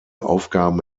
aufgaben